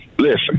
Listen